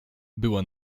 była